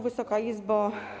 Wysoka Izbo!